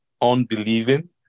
unbelieving